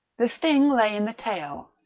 the sting lay in the tail,